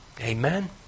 Amen